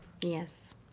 Yes